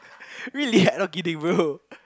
really I not kidding bro